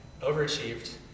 overachieved